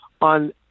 on